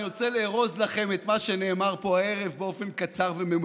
אני רוצה לארוז לכם את מה שנאמר פה הערב באופן קצר וממצה.